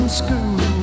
school